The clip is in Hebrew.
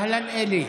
אהלן, אלי,